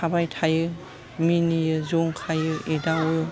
थाबाय थायो मिनियो जंखायो एदावो